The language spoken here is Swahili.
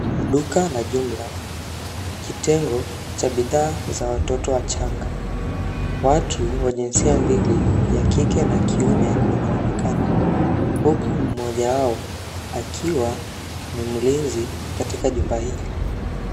Duka la jumla kitengo cha bidhaa za watoto wachanga. Watu wa jinsia mbili, ya kike na kiume wanaonekana, huku mmoja wao akiwa ni mlinzi katika jumba hili.